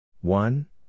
One